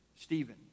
Stephen